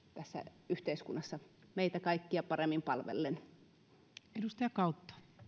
tässä yhteiskunnassa meitä kaikkia paremmin palvellen